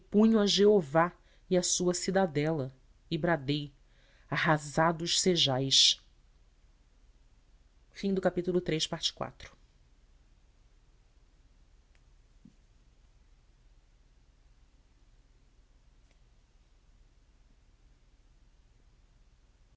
a jeová e à sua cidadela e bradei arrasados sejais não